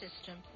system